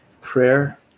prayer